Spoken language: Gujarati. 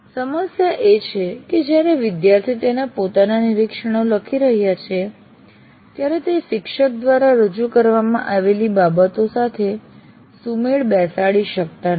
સમસ્યા એ છે કે જ્યારે વિદ્યાર્થી તેના પોતાના નિરીક્ષણો લખી રહ્યા છે ત્યારે તે શિક્ષક દ્વારા રજૂ કરવામાં આવેલ બાબતો સાથે સુમેળ બેસાડી શકતા નથી